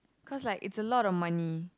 cause like it's a lot of money